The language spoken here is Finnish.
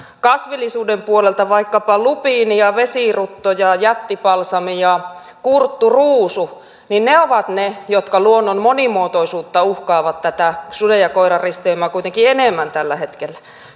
kasvillisuuden puolelta vaikkapa lupiini ja vesirutto ja jättipalsami ja kurtturuusu ovat ne jotka luonnon monimuotoisuutta uhkaavat kuitenkin tätä suden ja koiran risteymää enemmän tällä hetkellä